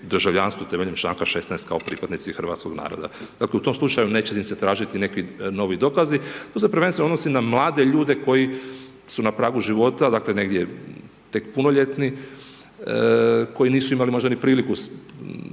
državljanstvo temeljem čl. 16 kao pripadnici hrvatskog naroda. Dakle u tom slučaju neće im se tražiti neki novi dokazi. To se prvenstveno odnosi na mlade ljude, koji su na pragu života, negdje tek punoljetni, koji nisu imali možda ni priliku